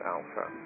Alpha